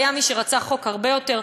והיה מי שרצה חוק הרבה יותר,